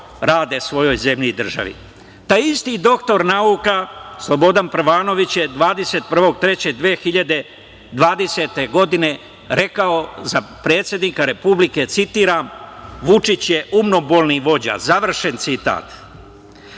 rade svojoj zemlji i državi? Taj isti dr nauka Slobodan Prvanović je 21.3.2020. godine rekao za predsednika Republike, citiram - „Vučić je umnobolni vođa“, završen citat.